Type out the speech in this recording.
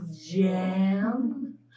Jam